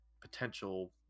potential